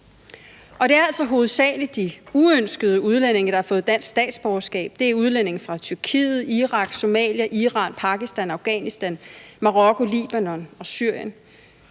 det er altså hovedsagelig de uønskede udlændinge, der har fået dansk statsborgerskab. Det er udlændinge fra Tyrkiet, Irak, Somalia, Iran, Pakistan, Afghanistan, Marokko, Libanon og Syrien.